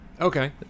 Okay